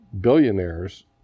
billionaires